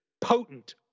potent